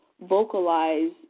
vocalize